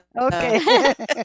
Okay